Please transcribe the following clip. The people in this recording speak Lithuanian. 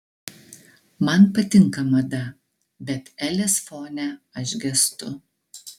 man patinka mada bet elės fone aš gęstu